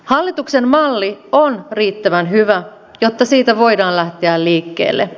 hallituksen malli on riittävän hyvä jotta siitä voidaan lähteä liikkeelle